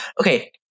Okay